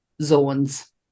Zones